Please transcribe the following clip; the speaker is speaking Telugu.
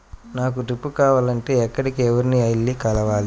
నాకు డ్రిప్లు కావాలి అంటే ఎక్కడికి, ఎవరిని వెళ్లి కలవాలి?